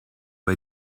bei